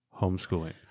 homeschooling